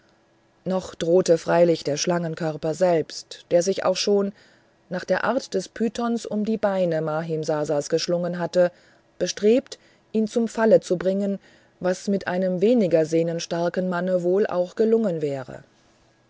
noch drohte freilich der schlangenkörper selbst der sich auch schon nach der art des pythons um die beine mahimsasas geschlungen hatte bestrebt ihn zum fallen zu bringen was mit einem weniger sehnenstarken manne wohl auch gelungen wäre